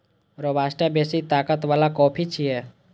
robusta बेसी ताकत बला कॉफी छियै